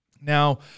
Now